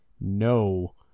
no